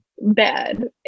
bad